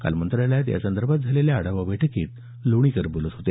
काल मंत्रालयात या संदर्भात झालेल्या आढावा बैठकीत लोणीकर बोलत होते